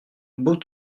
bout